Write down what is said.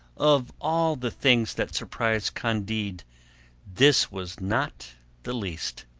of all the things that surprised candide this was not the least.